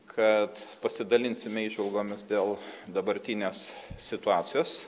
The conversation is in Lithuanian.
kad pasidalinsime įžvalgomis dėl dabartinės situacijos